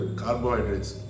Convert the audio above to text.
carbohydrates